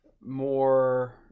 more